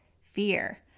Fear